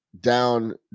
down